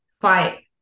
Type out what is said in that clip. fight